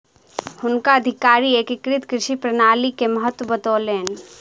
हुनका अधिकारी एकीकृत कृषि प्रणाली के महत्त्व बतौलैन